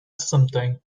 something